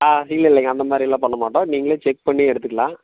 ஆ இல்லல்லைங்க அது மாதிரி எல்லாம் பண்ண மாட்டோம் நீங்களே செக் பண்ணி எடுத்துக்கலாம்